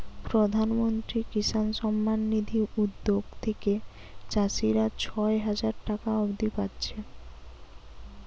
প্রধানমন্ত্রী কিষান সম্মান নিধি উদ্যগ থিকে চাষীরা ছয় হাজার টাকা অব্দি পাচ্ছে